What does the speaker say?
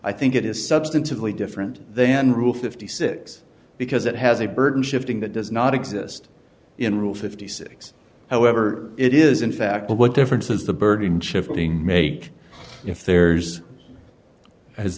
i think it is substantively different then rule fifty six because it has a burden shifting that does not exist in rule fifty six however it is in fact what differences the burden shifting make if there's as